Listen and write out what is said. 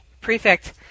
prefect